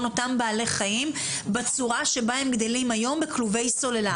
אותם בעלי חיים בצורה שבה הם גדלים היום בכלובי סוללה.